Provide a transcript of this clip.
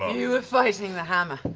you were fighting the hammer.